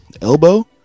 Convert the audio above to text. elbow